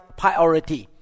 priority